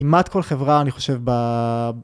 אימת כל חברה אני חושב ב...